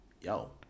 Yo